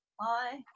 Hi